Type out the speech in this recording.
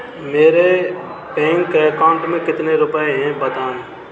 मेरे bank account में कितने रुपए हैं बताएँ?